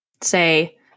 say